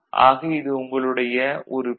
ஆக இது உங்களுடைய ஒரு பி